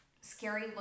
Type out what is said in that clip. scary